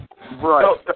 Right